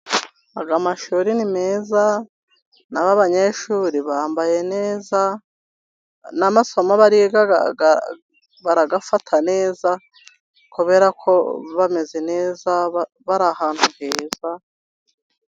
Aya mashuri ni meza, naba banyeshuri bambaye neza, n'amasomo bariga barayafata neza, kubera ko bameze neza bari ahantu heza...